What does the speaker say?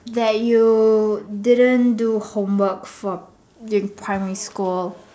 that you didn't do homework for in primary school